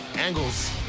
angles